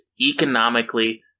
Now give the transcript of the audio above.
economically